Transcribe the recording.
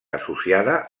associada